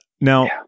Now